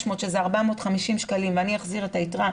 שזה 450 שקלים ואני אחזיר את היתרה,